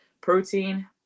protein